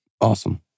awesome